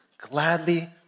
gladly